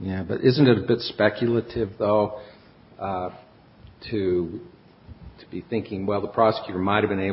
yeah but isn't it a bit speculative though to be thinking well the prosecutor might have been able